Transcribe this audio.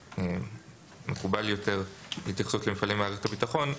מקובל יותר להתייחסות למפעלי מערכת הביטחון,